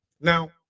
Now